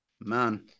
man